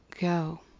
go